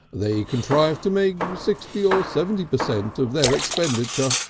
they contrive to make sixty or seventy per cent, of their expenditure,